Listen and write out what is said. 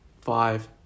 Five